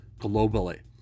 globally